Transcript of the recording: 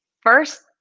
first